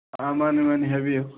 ꯃꯥꯅꯦ ꯃꯥꯅꯦ ꯍꯥꯏꯕꯤꯌꯨ